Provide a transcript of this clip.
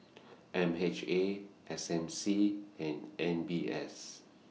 M H A S M C and M B S